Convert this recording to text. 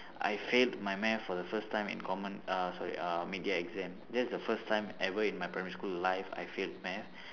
I failed my math for the first time in common uh sorry uh mid year exam that's the first time ever in my primary school life I failed math